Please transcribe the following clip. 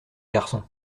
garçon